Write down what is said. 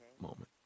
moment